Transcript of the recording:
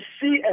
see